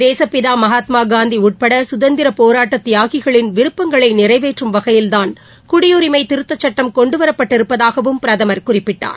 தேசப்பிதா மகாத்மா காந்தி உட்பட கதந்திர போராட்ட தியாகிகளின் விருப்பங்களை நிறைவேற்றும் வகையில்தான் குடியுரிமை திருத்தச் சட்டம் கொண்டு வரப்பட்டிருப்பதாகவும் பிரதமர் குறிப்பிட்டார்